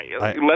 Let